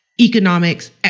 economics